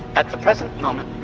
at the present moment,